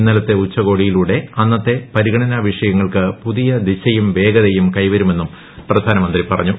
ഇന്നലത്തെ ഉച്ചകോടിയിലൂടെ അന്നത്തെ പരിഗണനാ വിഷയങ്ങൾക്ക് പുതിയ ദിശയും വേഗതയും കൈവരുമെന്നും പ്രധാനമന്ത്രി പറഞ്ഞു